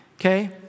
okay